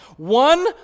One